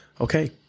okay